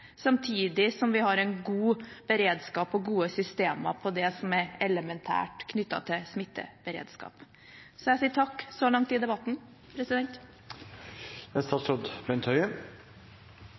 samtidig som vi har en god beredskap og gode systemer på det som er elementært knyttet til smitteberedskap. Jeg sier takk så langt i debatten.